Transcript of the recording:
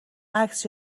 عکس